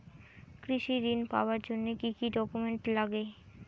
কৃষি ঋণ পাবার জন্যে কি কি ডকুমেন্ট নাগে?